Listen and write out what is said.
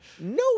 No